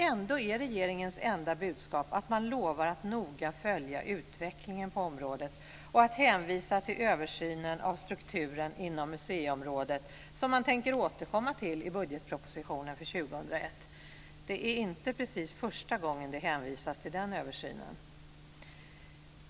Ändå är regeringens enda budskap att man lovar att noga följa utvecklingen på området och att hänvisa till översynen av strukturen inom museiområdet som man tänker återkomma till i budgetpropositionen för 2001. Det är inte precis första gången det hänvisas till den översynen.